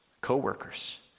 co-workers